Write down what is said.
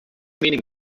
meaning